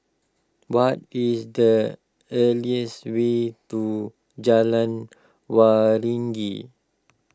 what is the earliest way to Jalan Waringin